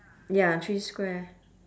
ya three square